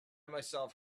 myself